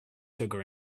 sugar